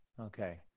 okay